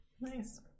nice